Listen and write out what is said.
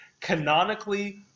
canonically